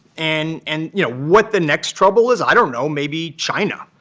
and and you know, what the next trouble is? i don't know. maybe china.